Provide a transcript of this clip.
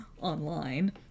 online